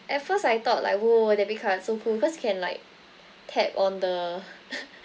at first I thought like !whoa! debit card so cool cause can like tap on the